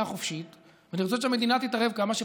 חופשית ולרצות שהמדינה תתערב כמה שפחות,